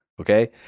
okay